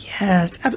Yes